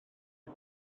dda